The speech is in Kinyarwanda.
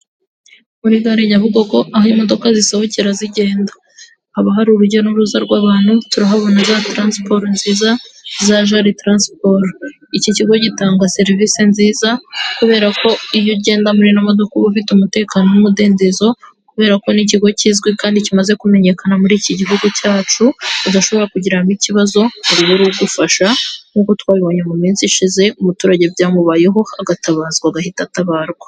Muri gare nyabugogo aho imodoka zisohokera zigenda, haba hari urujya n'uruza rw'abantu turahabona za taransiporo nziza za jari taransiporo, ikigo gitangwa serivisi nziza kubera ko iyo ugenda muri ino modoka uba ufite umutekano n'umudendezo, kubera ko n'ikigo kizwi kandi kimaze kumenyekana muri iki gihugu cyacu udashobora kugira ngo ikibazo ngo ubure ugufasha, nkuko twabonye mu minsi ishize umuturage byamubayeho agatabaza agahita atabarwa.